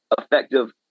effective